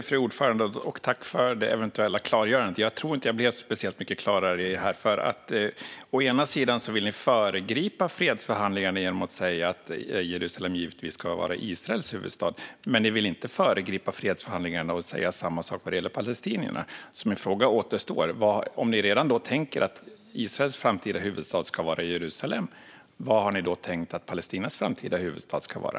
Fru talman! Jag tackar för det eventuella klargörandet. Jag tror dock inte att jag blev speciellt mycket klokare. Å ena sidan vill ni föregripa fredsförhandlingarna genom att säga att Jerusalem givetvis ska vara Israels huvudstad. Men ni vill inte föregripa fredsförhandlingarna och säga samma sak vad gäller palestinierna. Min fråga återstår. Om ni tänker er att Israels framtida huvudstad ska vara Jerusalem, var har ni då tänkt att Palestinas framtida huvudstad ska vara?